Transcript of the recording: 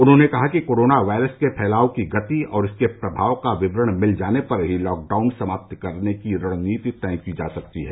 उन्होंने कहा कि कोरोना वायरस के फैलाव की गति और इसके प्रभाव का विवरण मिल जाने पर ही लॉकडाउन समाप्त करने की रणनीति तय की जा सकती है